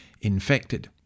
infected